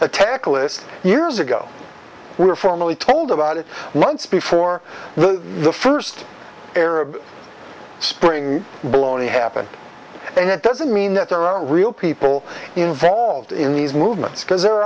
attack list years ago we were formally told about it months before the first arab spring bologna happened and it doesn't mean that there are real people involved in these movements because there